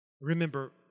Remember